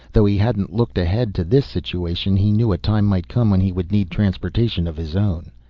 though he hadn't looked ahead to this situation, he knew a time might come when he would need transportation of his own.